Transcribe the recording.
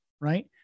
right